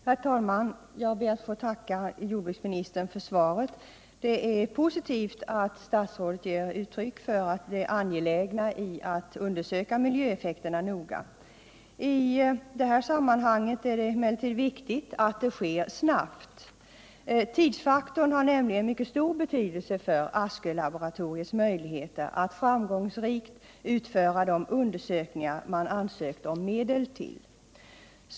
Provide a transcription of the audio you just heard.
Herr talman! Jag ber att få tacka jordbruksministern för svaret på min fråga. Det är positivt att statsrådet ger uttryck för det angelägna i att undersöka miljöeffekterna noga. I detta sammanhang är det emellertid viktigt att det sker snabbt. Tidsfaktorn har nämligen mycket stor betydelse för Askölaboratoriets möjligheter att framgångsrikt utföra de undersökningar man ansökt om medel till.